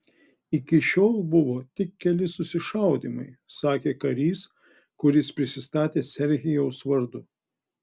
iki šiol buvo tik keli susišaudymai sakė karys kuris prisistatė serhijaus vardu